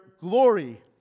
glory